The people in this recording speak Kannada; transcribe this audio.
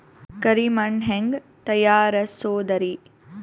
ಕರಿ ಮಣ್ ಹೆಂಗ್ ತಯಾರಸೋದರಿ?